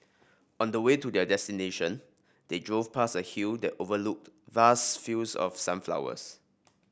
on the way to their destination they drove past a hill that overlooked vast fields of sunflowers